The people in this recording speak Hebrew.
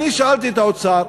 אני שאלתי את האוצר,